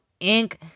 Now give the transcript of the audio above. Inc